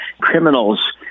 criminals